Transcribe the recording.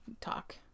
talk